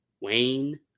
Wayne